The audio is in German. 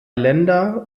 länder